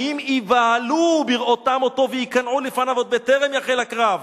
האם ייבהלו בראותם אותו וייכנעו לפניו עוד בטעם יחל הקרב?"